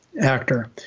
actor